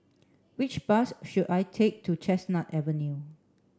which bus should I take to Chestnut Avenue